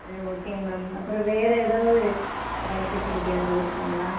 சரி ஓகேங்க மேம் அப்புறம் வேறு ஏதாவது ஃபெசிலிட்டி ஏதாவது இருக்குதுங்களா